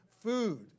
food